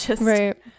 Right